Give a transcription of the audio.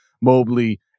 Mobley